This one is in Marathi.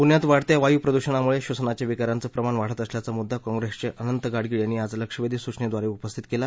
पृण्यात वाढत्या वाय प्रदृषणामुळे श्वसनाच्या विकारांचं प्रमाण वाढत असल्याचा मुद्दा काँग्रेसचे अनंत गाडगीळ यांनी आज लक्षवेधी सुचनेव्वारे उपस्थित केला